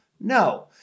No